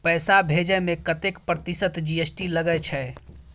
पैसा भेजै में कतेक प्रतिसत जी.एस.टी लगे छै?